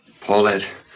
Paulette